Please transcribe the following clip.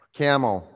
camel